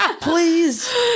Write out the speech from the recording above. Please